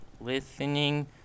listening